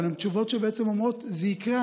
אבל תשובות שבעצם אומרות: זה יקרה,